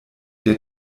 der